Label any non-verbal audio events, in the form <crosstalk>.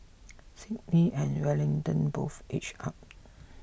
<noise> Sydney and Wellington both edged up